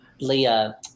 Leah